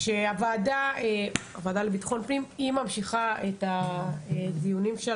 שהוועדה לביטחון פנים ממשיכה את הדיונים שלה,